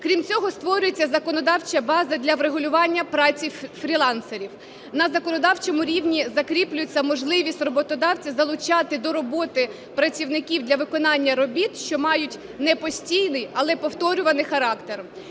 Крім цього, створюється законодавча база для врегулювання праці фрілансерів. На законодавчому рівні закріплюється можливість роботодавців залучати до роботи працівників для виконання робіт, що мають не постійний, але повторюваний характер.